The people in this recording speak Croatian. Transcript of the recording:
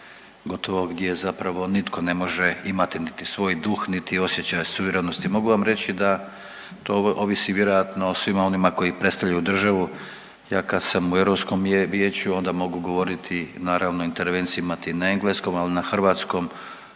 gdje zapravo nitko ne može imati niti svoj duh niti osjećaj suverenosti, mogu vam reći da to ovisi vjerojatno o svima onima koji predstavljaju državu. Ja kad sam u Europskom vijeću, onda mogu govoriti, naravno, intervinati na engleskom, ali na hrvatskom